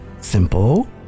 simple